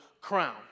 crown